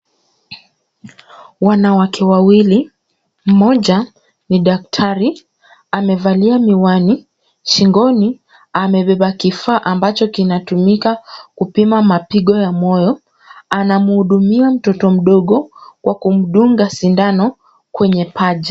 Wanawake wawili, mmoja ni daktari, amevalia miwani. Shingoni amebeba kifaa ambacho kinatumika kupima mapigo ya moyo, anamhudumia mtoto mdogo kwa kumdunga sindano kwenye paja.